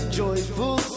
joyful